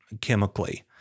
chemically